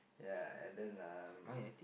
ya and then um